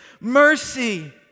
Mercy